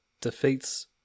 defeats